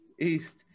East